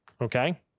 Okay